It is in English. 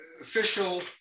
official